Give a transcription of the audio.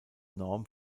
norm